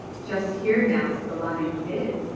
just hear now what the lion did!